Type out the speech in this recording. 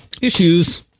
issues